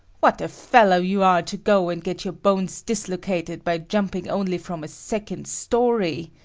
what a fellow you are to go and get your bones dislocated by jumping only from a second story!